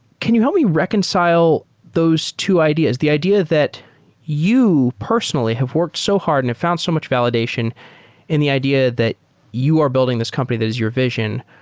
can you help me reconcile those two ideas? the idea that you personally have worked so hard and have found so much validation in the idea that you are building this company that is your vision.